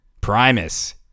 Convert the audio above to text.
Primus